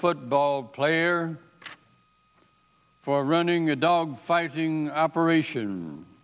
football player for running a dogfighting operation